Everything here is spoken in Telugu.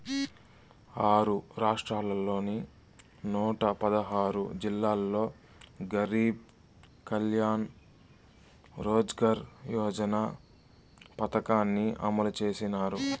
ఆరు రాష్ట్రాల్లోని నూట పదహారు జిల్లాల్లో గరీబ్ కళ్యాణ్ రోజ్గార్ యోజన పథకాన్ని అమలు చేసినారు